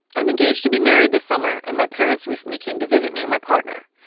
i'm engaged to be married this summer and my parents recently came to visit me and my partner.